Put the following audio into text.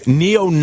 neo